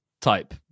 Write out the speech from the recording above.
type